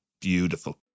Beautiful